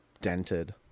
dented